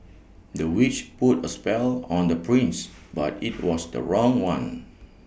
the witch put A spell on the prince but IT was the wrong one